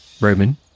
Roman